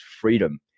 freedom